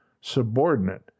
subordinate